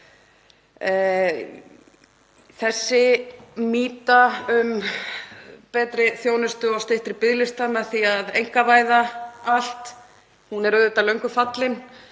Þessi mýta um betri þjónustu og styttri biðlista með því að einkavæða allt er auðvitað löngu fallin.